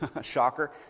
shocker